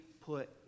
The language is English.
put